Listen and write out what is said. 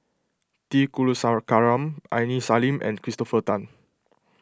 T Kulasekaram Aini Salim and Christopher Tan